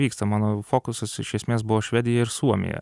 vyksta mano fokusas iš esmės buvo švedija ir suomija